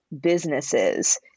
businesses